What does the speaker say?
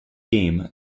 game